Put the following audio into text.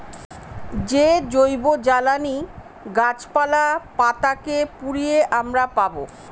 যে জৈবজ্বালানী গাছপালা, পাতা কে পুড়িয়ে আমরা পাবো